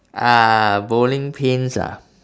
uh bowling pins ah